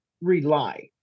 rely